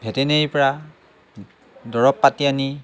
ভেটেৰিনেৰিৰ পৰা দৰৱ পাতি আনি